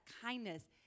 kindness